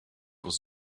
was